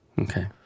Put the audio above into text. Okay